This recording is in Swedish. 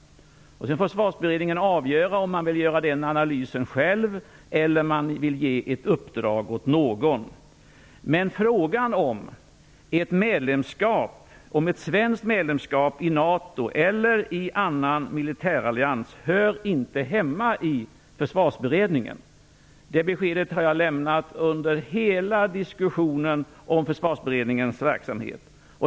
Försvarsberedningen får avgöra om man vill göra den analysen själv eller ge ett uppdrag åt någon. Frågan om ett svenskt medlemskap i NATO eller i annan militärallians hör inte hemma i Försvarsberedningen. Det beskedet har jag lämnat under hela diskussionen om Försvarsberedningens verksamhet.